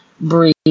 breathe